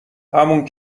همون